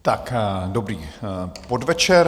Tak dobrý podvečer.